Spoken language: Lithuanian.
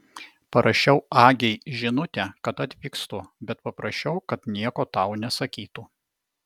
parašiau agei žinutę kad atvykstu bet paprašiau kad nieko tau nesakytų